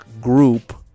group